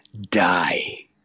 die